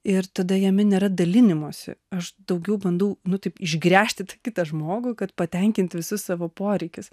ir tada jame nėra dalinimosi aš daugiau bandau nu taip išgręžti tą kitą žmogų kad patenkint visus savo poreikius